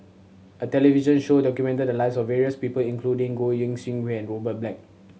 a television show documented the lives of various people including Goi Seng Hui and Robert Black